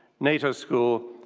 nato school,